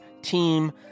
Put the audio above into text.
team